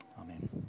Amen